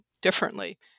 differently